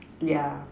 yeah